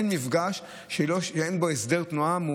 אין מפגש שאין בו הסדר תנועה,